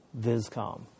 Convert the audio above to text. viscom